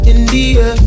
India